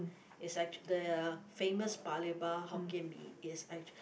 is like the famous Paya Lebar Hokkien Mee is uh